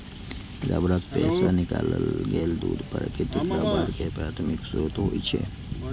रबड़क पेड़ सं निकालल गेल दूध प्राकृतिक रबड़ के प्राथमिक स्रोत होइ छै